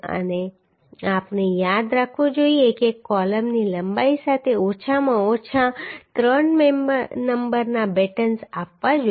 અને આપણે યાદ રાખવું જોઈએ કે કોલમની લંબાઈ સાથે ઓછામાં ઓછા 3 નંબરના બેટન્સ આપવા જોઈએ